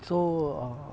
so err